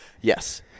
Yes